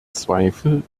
zweifel